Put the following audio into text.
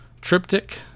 Triptych